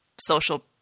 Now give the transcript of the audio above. social